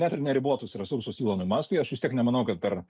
net ir neribotus resursus ilonui maskui aš vis tiek nemanau kad per